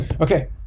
Okay